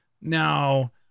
now